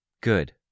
Good